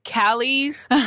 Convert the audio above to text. Callie's